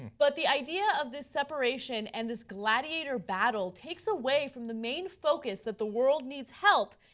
but the idea of this separation and this gladiator battle takes away from the main focus that the world needs help,